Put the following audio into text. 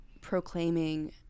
proclaiming